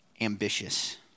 ambitious